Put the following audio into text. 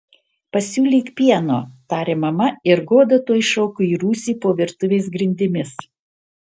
pasiūlyk pieno tarė mama ir goda tuoj šoko į rūsį po virtuvės grindimis